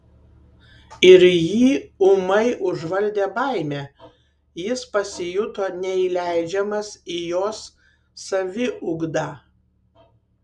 ir jį ūmai užvaldė baimė jis pasijuto neįleidžiamas į jos saviugdą